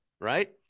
right